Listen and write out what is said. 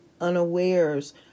unawares